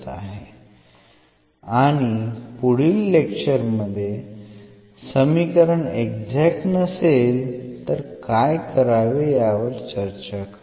आणि पुढील लेक्चर मध्ये समीकरण एक्झॅक्ट नसेल तर काय करावे यावर चर्चा करू